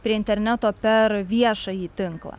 prie interneto per viešąjį tinklą